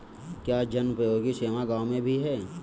क्या जनोपयोगी सेवा गाँव में भी है?